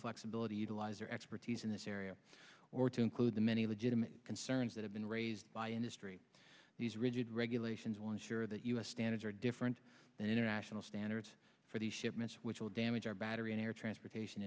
flexibility utilize their expertise in this area or to include the many legitimate concerns that have been raised by industry these rigid regulations will ensure that u s standards are different and international standards for the shipments which will damage our battery and air transportation